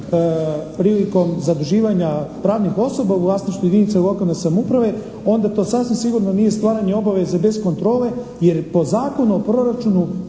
prilikom zaduživanja pravnih osoba u vlasništvu jedinica lokalne samouprave onda to sasvim sigurno nije stvaranje obaveze bez kontrole jer po Zakonu o proračunu